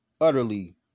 utterly